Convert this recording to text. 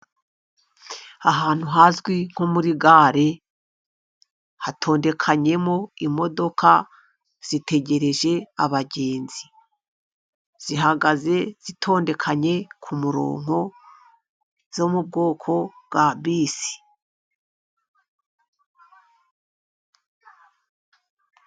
Ahantu hazwi nko muri gare hatondekanyemo imodoka zitegereje abagenzi. Zihagaze zitondekanye kumurongo, zo mu bwoko bwa bisi.